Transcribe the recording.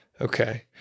okay